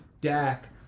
Dak